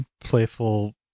playful